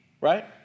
right